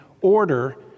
order